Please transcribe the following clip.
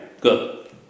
Good